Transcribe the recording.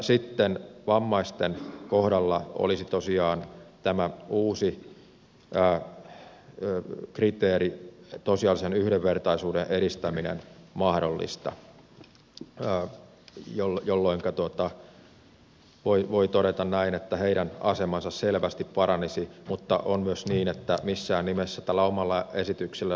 sitten vammaisten kohdalla olisi tosiaan tämä uusi kriteeri tosiasiallisen yhdenvertaisuuden edistäminen mahdollinen jolloinka voi todeta näin että heidän asemansa selvästi paranisi mutta on myös niin että missään nimessä tällä omalla esityksellä